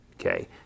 Okay